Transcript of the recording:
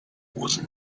was